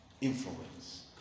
influence